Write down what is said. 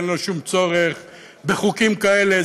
אין להם שום צורך בחוקים כאלה.